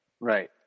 Right